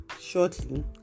shortly